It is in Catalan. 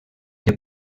que